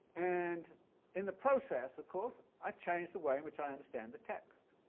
and in the process, of course, i changed the way in which i understand the text.